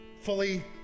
fully